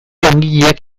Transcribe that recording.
langileak